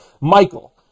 Michael